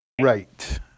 Right